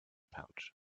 pouch